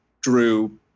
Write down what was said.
drew